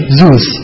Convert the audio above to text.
Zeus